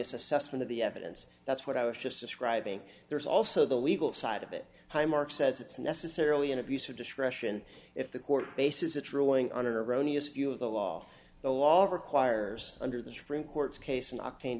assessment of the evidence that's what i was just describing there's also the legal side of it high marks says it's necessarily an abuse of discretion if the court bases its ruling on an erroneous view of the law the law requires under the supreme court's case and octane